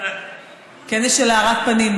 כנס של הארת פנים,